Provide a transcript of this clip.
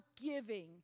giving